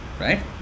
right